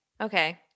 Okay